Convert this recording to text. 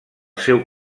seu